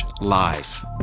live